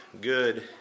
good